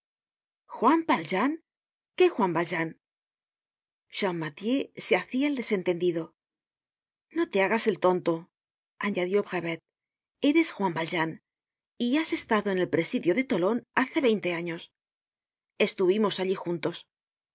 juan valjean qué juan valjean champmathieu se hacia el desentendido no te hagas el tonto añadió brevet eres juan valjean y has estado en el presidio de tolon hace veinte años estuvimos allí juntos